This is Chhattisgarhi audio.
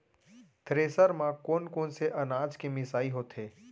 थ्रेसर म कोन कोन से अनाज के मिसाई होथे?